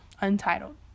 untitled